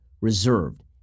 reserved